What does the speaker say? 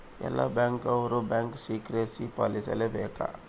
ಎಲ್ಲ ಬ್ಯಾಂಕ್ ಅವ್ರು bank secrecy ಪಾಲಿಸಲೇ ಬೇಕ